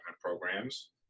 programs